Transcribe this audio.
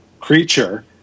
creature